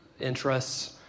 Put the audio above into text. interests